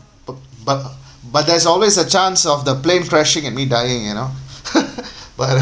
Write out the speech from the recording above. b~ but but there's always a chance of the plane crashing and me dying you know but uh